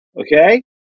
Okay